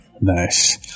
nice